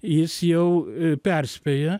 jis jau perspėja